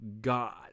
god